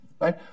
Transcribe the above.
Right